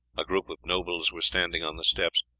a group of nobles were standing on the steps,